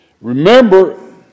Remember